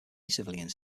civilians